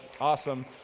awesome